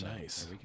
nice